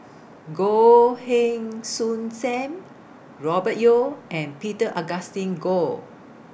Goh Heng Soon SAM Robert Yeo and Peter Augustine Goh